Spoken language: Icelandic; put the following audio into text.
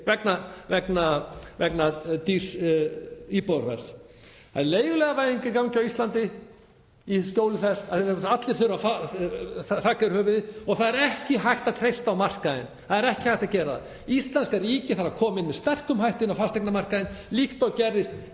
vegna hás íbúðaverðs. Það er leiguliðavæðing að ganga yfir á Íslandi í skjóli þess að allir þurfa þak yfir höfuðið og það er ekki hægt að treysta á markaðinn. Það er ekki hægt að gera það. Íslenska ríkið þarf að koma með sterkum hætti inn á fasteignamarkaðinn líkt og gerðist